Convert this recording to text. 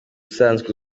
usanzwe